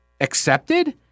accepted